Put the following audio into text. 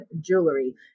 jewelry